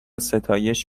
ستایش